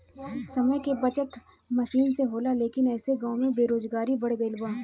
समय के बचत मसीन से होला लेकिन ऐसे गाँव में बेरोजगारी बढ़ गइल बा